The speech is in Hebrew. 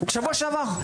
שבוע שעבר,